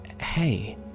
hey